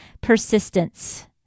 Persistence